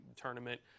tournament